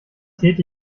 tät